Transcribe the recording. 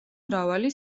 მრავალი